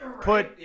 put